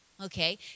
Okay